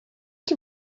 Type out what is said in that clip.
que